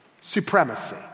supremacy